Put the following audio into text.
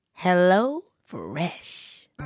HelloFresh